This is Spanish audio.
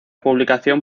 publicación